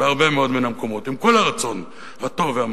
בהרבה מאוד מן המקומות, עם כל הרצון הטוב והמאמץ.